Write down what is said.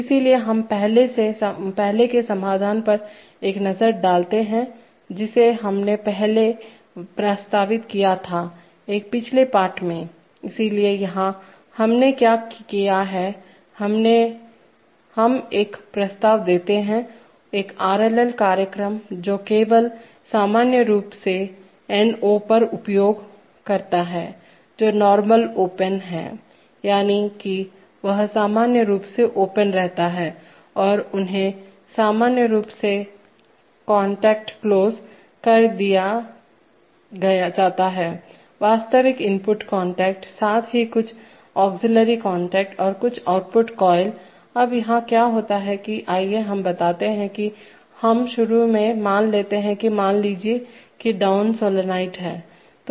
इसलिए हम पहले के समाधान पर एक नज़र डालते हैं जिसे हमने पहले प्रस्तावित किया थाएक पिछले पाठ में इसलिए यहाँ हमने क्या किया हैयहाँ हम एक प्रस्ताव देते हैं एक आरएलएल कार्यक्रम जो केवल सामान्य रूप से और NO पर उपयोग करता है जो नॉर्मल ओपन है यानी कि वह सामान्य रूप से ओपन रहता है और उन्होंने सामान्य रूप से कांटेक्ट क्लोज कर दिया वास्तविक इनपुट कांटेक्टसाथ ही कुछ अक्सिल्लरी कांटेक्ट और कुछ आउटपुट कॉइल अब यहां क्या होता है आइए हम बताते हैं कि हम शुरू में मान लेते हैं मान लीजिए कि डाउन सोलेनोइड है